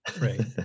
right